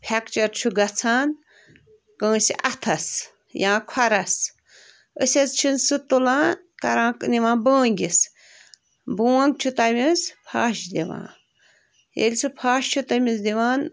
fracture چھُ گَژھان کٲنٛسہِ اَتھس یا کھۄرَس أسۍ حظ چھِن سُہ تُلان کَران نِوان بٲنٛگِس بونٛگ چھُ تَمِس فَش دِوان ییٚلہِ سُہ فَش چھُ تٔمِس دِوان